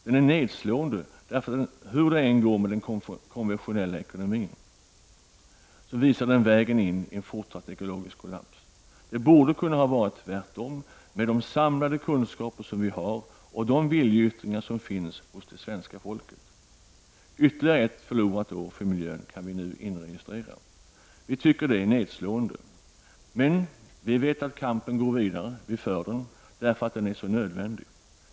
Den är nedslående, eftersom den, hur det än går med den konven tionella ekonomin, visar vägen in i en fortsatt ekologisk kollaps. Det borde kunna ha varit tvärtom med de samlade kunskaper som vi har och de viljeyttringar som finns hos det svenska folket. Vi kan nu inregistrera ytterligare ett förlorat år för miljön. Vi i miljöpartiet tycker att detta är nedslående. Men vi vet att kampen går vidare. Vi för den, eftersom vi vet att den är så nödvändig.